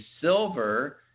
silver